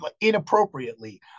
inappropriately